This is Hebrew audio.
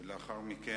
ולאחר מכן,